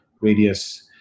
radius